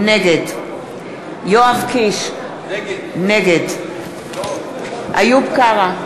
נגד יואב קיש, נגד איוב קרא,